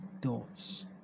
doors